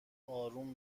آروم